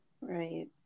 Right